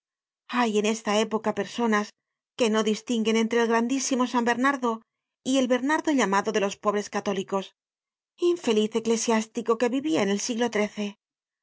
hay en esta época personas que no distinguen entre el grandisimo san bernardo y el bernardo llamado de los pobres católicos infeliz eclesiástoco que vivia en el siglo